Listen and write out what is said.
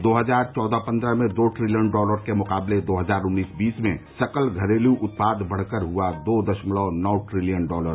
दो हजार चौदह पन्द्रह में दो ट्रिलियन डॉलर के मुकाबले दो हजार उन्नीस बीस में सकल घरेलू उत्पाद बढकर हुआ दो दशमलव नौ ट्रिलियन डॉलर